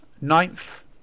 Ninth